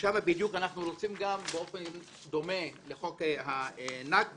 שם בדיוק אנחנו רוצים, גם באופן דומה לחוק הנכבה.